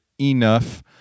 enough